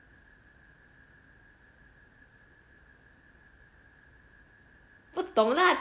不懂 lah